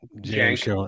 James